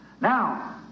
Now